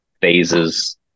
phases